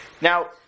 Now